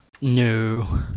No